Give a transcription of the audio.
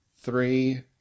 three